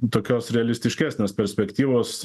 tokios realistiškesnės perspektyvos